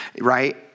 right